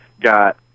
got